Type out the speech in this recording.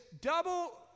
double